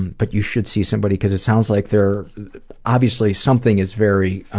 but you should see somebody cause it sounds like there obviously something is very,